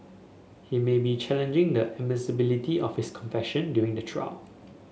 he may be challenging the admissibility of his confession during the trial